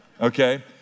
okay